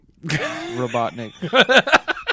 Robotnik